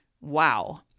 wow